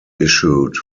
issued